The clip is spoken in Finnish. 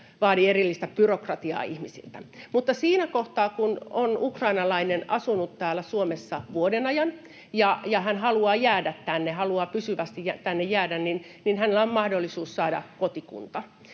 vaadi erillistä byrokratiaa ihmisiltä. Mutta siinä kohtaa, kun on ukrainalainen asunut täällä Suomessa vuoden ajan ja hän haluaa jäädä tänne, haluaa pysyvästi tänne jäädä, hänellä on mahdollisuus saada kotikunta.